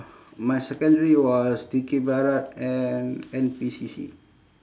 my secondary was dikir barat and N_P_C_C